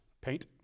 paint